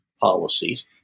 policies